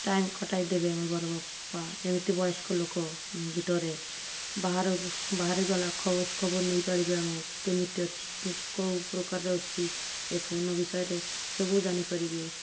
time କଟାଇ ଦେବେ ଆମେ ବଡ଼ବାପା ଯେମିତି ବୟସ୍କ ଲୋକ ଭିତରେ ବାହାର ବାହାରି ଗଲା ଖୋଜ୍ ଖବର ନେଇପାରିବେ ଆମେ କେମିତି ଅଛି କେଉଁ ପ୍ରକାରରେ ଅଛି ଏ ଫୋନ୍ ବିଷୟରେ ସବୁ ଜାଣିପାରିବେ